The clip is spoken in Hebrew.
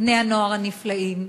בני-הנוער הנפלאים,